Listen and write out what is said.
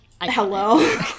Hello